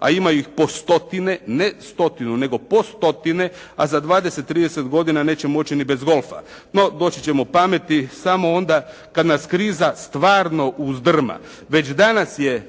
a ima ih po stotine, ne stotinu, nego po stotine, a za 20, 30 godina nećemo moći ni bez golfa. No, doći ćemo pameti samo onda kad nas kriza stvarno uzdrma. Već danas je,